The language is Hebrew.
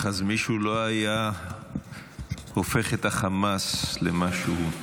מישהו לא היה הופך את החמאס למה שהוא.